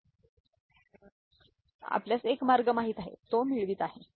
तर हा आपल्यास एक मार्ग माहित आहे तो मिळवत आहे